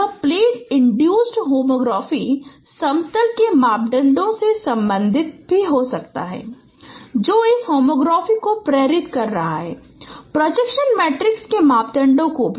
यह plane induced homography समतल के मापदंडों से संबंधित हो सकता है जो इस होमोग्राफी को प्रेरित कर रहा है और प्रोजेक्शन मेट्रिक्स के मापदंडों को भी